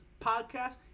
Podcast